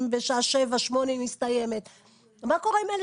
אם היא מסתיימת בשעה שבע-שמונה - מה קורה עם אלה